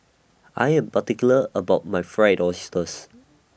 I Am particular about My Fried Oysters